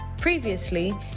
Previously